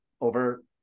over